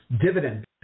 dividend